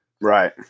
Right